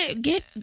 get